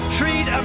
treat